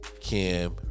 kim